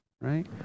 right